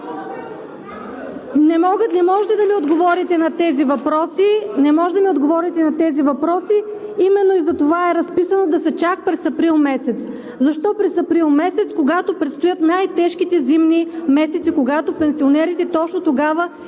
Не можете да ми отговорите на тези въпроси именно и затова е разписано да са чак през месец април. Защо през април месец, когато предстоят най-тежките зимни месеци, когато пенсионерите точно тогава